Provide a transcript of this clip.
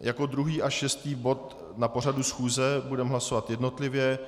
Jako druhý až šestý bod na pořadu schůze budeme hlasovat jednotlivě.